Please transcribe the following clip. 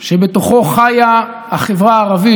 שבתוכו חיה החברה הערבית,